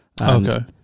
okay